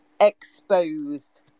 exposed